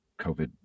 COVID